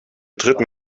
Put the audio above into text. dritten